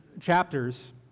chapters